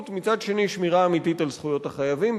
ומצד שני שמירה אמיתית על זכויות החייבים,